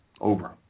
Over